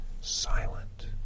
Silent